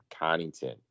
Connington